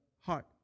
heart